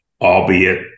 albeit